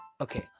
okay